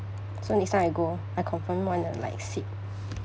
so next time I go I confirm wanna like sit